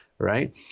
Right